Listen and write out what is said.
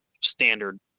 standard